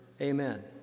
Amen